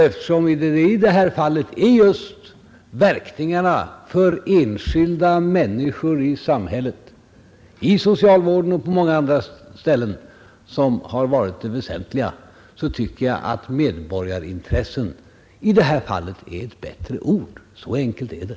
Eftersom det i detta fall är just verkningarna för enskilda människor i samhället — inom socialvården och på många andra ställen — som har varit det väsentliga, så anser jag att ”medborgarintressen” i detta fall är ett bättre ord. Så enkelt är det.